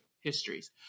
histories